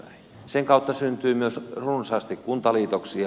sen kautta syntyy myös runsaasti kuntaliitoksia